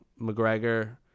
McGregor